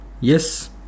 yes